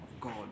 God